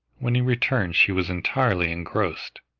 when he returned she was entirely engrossed.